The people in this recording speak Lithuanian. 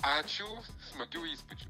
ačiū smagių įspūdžių